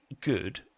good